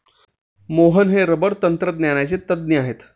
मोहन हे रबर तंत्रज्ञानाचे तज्ज्ञ आहेत